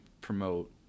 promote